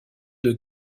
deux